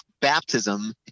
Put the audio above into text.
baptism